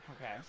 Okay